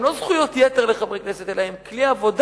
לא זכויות יתר לחברי כנסת אלא הן כלי עבודה,